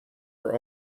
were